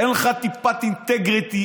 אין לך טיפת אינטגריטי,